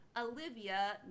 Olivia